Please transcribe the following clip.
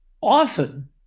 often